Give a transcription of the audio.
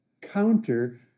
counter